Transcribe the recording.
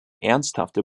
ernsthafte